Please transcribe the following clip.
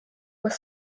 were